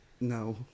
No